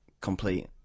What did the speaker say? complete